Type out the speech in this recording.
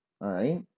right